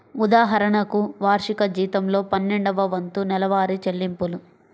ఉదాహరణకు, వార్షిక జీతంలో పన్నెండవ వంతు నెలవారీ చెల్లింపులు